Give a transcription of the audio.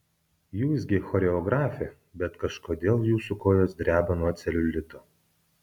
jūs gi choreografė bet kažkodėl jūsų kojos dreba nuo celiulito